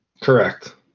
Correct